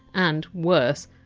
and, worse,